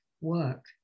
work